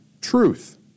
Truth